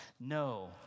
No